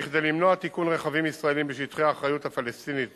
כדי למנוע תיקון רכבים ישראליים בשטחי האחריות הפלסטינית